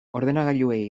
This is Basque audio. ordenagailuei